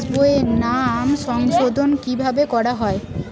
পাশ বইয়ে নাম সংশোধন কিভাবে করা হয়?